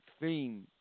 theme